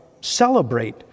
celebrate